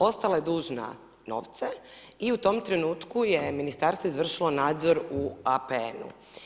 Ostala je dužna novce i u tom trenutku je Ministarstvo izvršilo nadzor u APN-u.